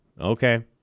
Okay